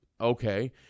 okay